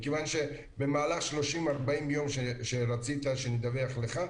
מכיוון שבמהלך 40-30 יום שרצית שנדווח לך,